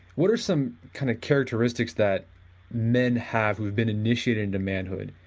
what are some kind of characteristics that men have who have been initiated into manhood?